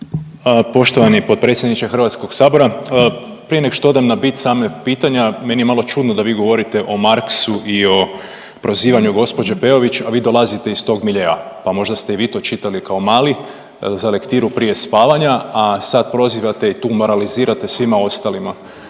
Poštovani potpredsjedniče HS-a. Prije nego što odem na bit samog pitanja meni je malo čudno da vi govorite o Marxu i o prozivanju gospođe Peović, a vi dolazite iz tog miljea, pa možda ste i vi to čitali kao mali za lektiru prije spavanja, a sad prozivate i tu moralizirate svima ostalima.